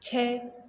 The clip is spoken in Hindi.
छः